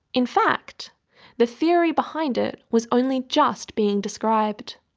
in fact the theory behind it was only just being described.